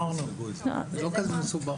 זה לא כזה מסובך.